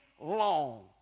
long